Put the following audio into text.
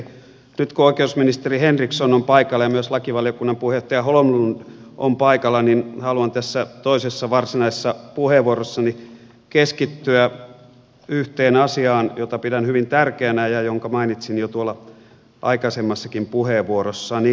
nyt kun oikeusministeri henriksson on paikalla ja myös lakivaliokunnan puheenjohtaja holmlund on paikalla haluan tässä toisessa varsinaisessa puheenvuorossani keskittyä yhteen asiaan jota pidän hyvin tärkeänä ja jonka mainitsin jo tuolla aikaisemmassakin puheenvuorossani